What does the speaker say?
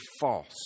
false